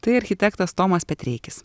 tai architektas tomas petreikis